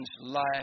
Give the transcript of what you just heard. life